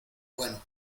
bueno